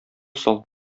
сал